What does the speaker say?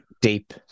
Deep